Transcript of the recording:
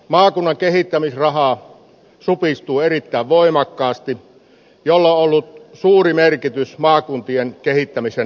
maakunnan kehittämisrahat supistuvat erittäin voimakkaasti millä on ollut suuri merkitys maakuntien kehittämisen näkökulmasta